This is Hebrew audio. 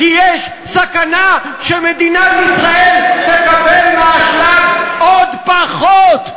כי יש סכנה שמדינת ישראל תקבל מהאשלג עוד פחות,